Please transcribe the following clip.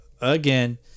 again